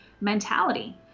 mentality